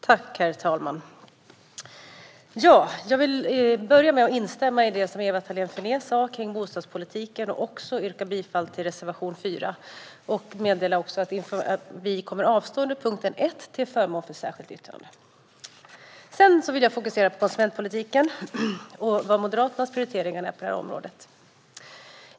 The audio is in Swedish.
Herr talman! Jag vill börja med att instämma i det som Ewa Thalén Finné sa om bostadspolitiken och yrka bifall till reservation 4. Vi kommer att avstå under punkt 1 till förmån för ett särskilt yttrande. Sedan vill jag fokusera på konsumentpolitiken och Moderaternas prioriteringar på området.